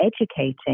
educating